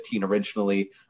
originally